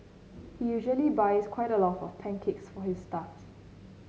he usually buys quite a lot of pancakes for his staff